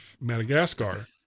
madagascar